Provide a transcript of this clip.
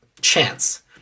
chance